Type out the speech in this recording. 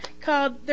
called